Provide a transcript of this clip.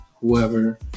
whoever